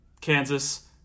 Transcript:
Kansas